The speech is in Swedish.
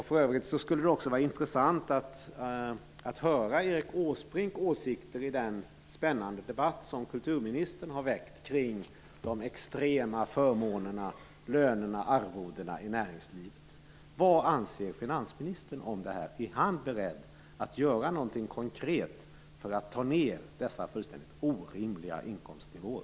För övrigt skulle det också vara intressant att höra Erik Åsbrinks åsikter i den spännande debatt som kulturministern har väckt kring de extrema förmånerna, lönerna och arvodena i näringslivet. Vad anser finansministern om detta? Är han beredd att göra någonting konkret för att ta ned dessa fullständigt orimliga inkomstnivåer?